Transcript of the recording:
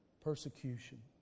persecution